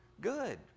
good